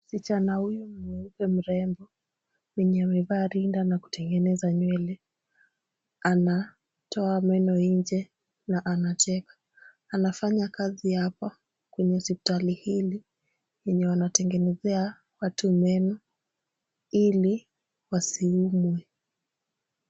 Msichana huyu ni mweupe mrembo, mwenye amevaa rinda na kutengeneza nywele. Anatoa meno nje na anacheka. Anafanya kazi hapa kwenye hospitali hili yenye wanatengenezea watu meno ili wasiumwe.